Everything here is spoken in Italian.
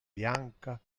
bianca